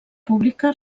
pública